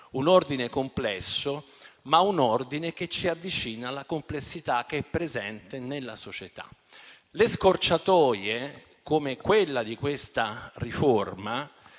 un ordine complesso, ma un ordine che ci avvicina alla complessità che è presente nella società. È inutile ricorrere alle scorciatoie come quella di questa riforma,